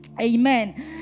Amen